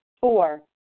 Four